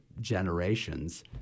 generations